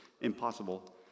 impossible